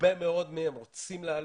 הרבה מאוד מהם רוצים לעלות.